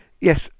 yes